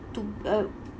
to uh